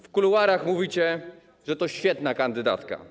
W kuluarach mówicie, że to świetna kandydatka.